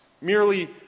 merely